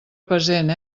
present